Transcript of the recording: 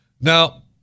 Now